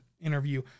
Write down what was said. interview